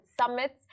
summits